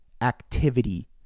activity